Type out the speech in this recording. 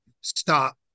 stop